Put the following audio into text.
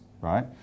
right